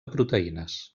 proteïnes